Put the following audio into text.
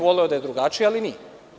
Voleo bih da je drugačije, ali nije.